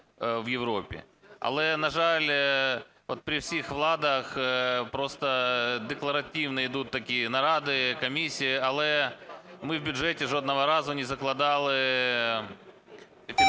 в Європі. Але, на жаль, от при всіх владах просто декларативні йдуть такі наради, комісії, але ми в бюджеті жодного разу не закладали